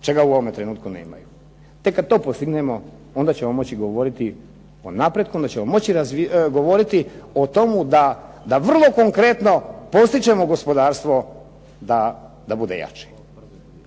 čega u ovome trenutku nemaju. Tek kad to postignemo onda ćemo moći govoriti o napretku, onda ćemo moći govoriti o tome da vrlo konkretno potičemo gospodarstvo da bude jače.